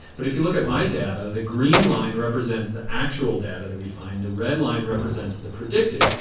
but if you look at my data, the green line represents the actual data that we find. the red line represents the predicted.